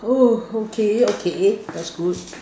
oh okay okay that's good